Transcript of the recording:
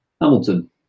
Hamilton